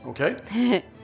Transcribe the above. Okay